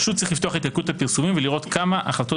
פשוט צריך לפתוח את ילקוט הפרסומים ולראות כמה החלטות